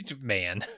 man